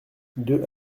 deux